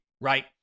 right